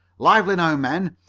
lively now, men.